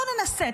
בוא ננסה.